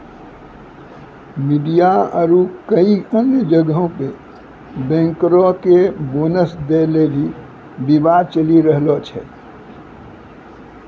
media आरु कई अन्य जगहो पे बैंकरो के बोनस दै लेली विवाद चलि रहलो छै